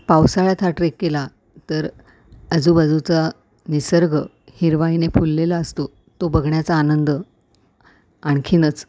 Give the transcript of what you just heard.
पावसाळ्यात हा ट्रेक केला तर आजूबाजूचा निसर्ग हिरवळीने फुललेला असतो तो बघण्याचा आनंद आणखीनच